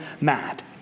mad